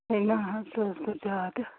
ہے نہَ حظ سُہ حظ گوٚو زیادٕ